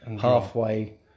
halfway